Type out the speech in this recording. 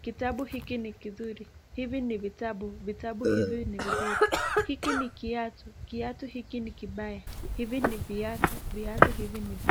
kitabu hiki ni kizuri , hivi ni vitabu vitabu hivi ni vizuri , hiki ni kiatu kiatu hiki ni kibaya hivi ni viatu hivi ni vibaya.